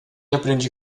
aprendi